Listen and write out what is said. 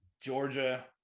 Georgia